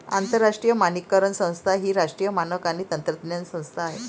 आंतरराष्ट्रीय मानकीकरण संस्था ही राष्ट्रीय मानक आणि तंत्रज्ञान संस्था आहे